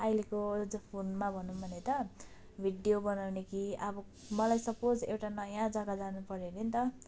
अहिलेको अझ फोनमा भनौँ भने त भिडियो बनाउने कि अब मलाई सपोज एउटा नयाँ जगा जानु पर्यो हरे नि त